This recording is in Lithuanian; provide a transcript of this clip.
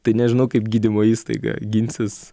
tai nežinau kaip gydymo įstaiga ginsis